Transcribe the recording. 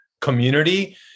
community